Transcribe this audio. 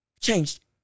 changed